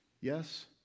Yes